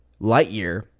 Lightyear